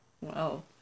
Wow